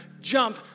jump